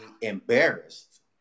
embarrassed